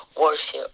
worship